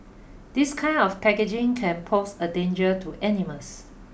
this kind of packaging can pose a danger to animals